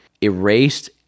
erased